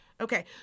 Okay